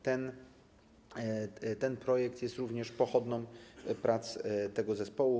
Ten projekt jest również pochodną prac tego zespołu.